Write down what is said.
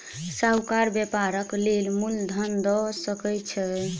साहूकार व्यापारक लेल मूल धन दअ सकै छै